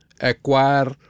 acquire